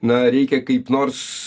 na reikia kaip nors